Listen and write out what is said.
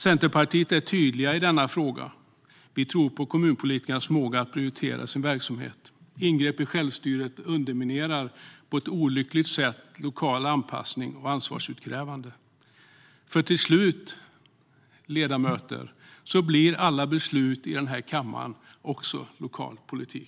Centerpartiet är tydligt i denna fråga: Vi tror på kommunpolitikernas förmåga att prioritera i sin verksamhet. Ingrepp i självstyret underminerar på ett olyckligt sätt lokal anpassning och ansvarsutkrävande. Till slut, ledamöter, blir alla beslut i den här kammaren också lokal politik.